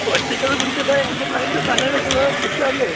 ഒറ്റക്കത് കുടിച്ചിട്ട് എൻ്റെ പ്ലെയേസിൻ്റെ തലയിൽ വെക്കുന്നത് കുറ്റമല്ലേ